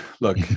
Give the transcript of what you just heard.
look